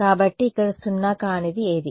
కాబట్టి ఇక్కడ సున్నా కానిది ఏది